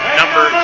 number